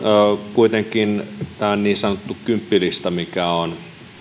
kuitenkin tämä niin sanottu kymppilista mikä on